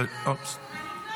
למה לא?